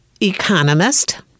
Economist